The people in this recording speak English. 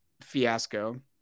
fiasco